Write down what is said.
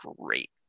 great